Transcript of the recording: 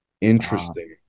Interesting